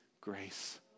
grace